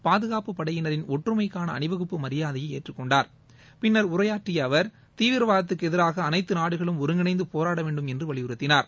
பாதுகாப்புப்படையினரின் ஒற்றுமைக்கான அணிவகுப்பு மரியாதையை ஏற்றுக்கொண்டார் பின்னர் உரையாற்றிய அவர் தீவிரவாதத்துக்கு எதிராக அனைத்து நாடுகளும் ஒருங்கிணைந்து போராட வேண்டும் என்று வலியுறுத்தினார்